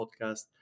Podcast